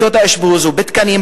האשפוז ובתקנים,